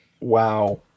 Wow